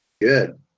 Good